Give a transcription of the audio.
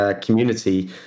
community